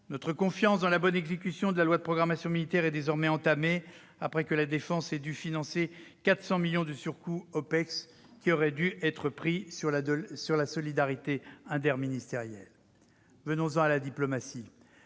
notre confiance dans la bonne exécution de la loi de programmation militaire est désormais entamée : la défense a dû financer 400 millions de surcoûts des OPEX, qui auraient dû être pris sur la solidarité interministérielle. Venons-en à la diplomatie.